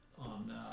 on